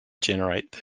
generate